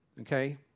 Okay